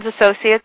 Associates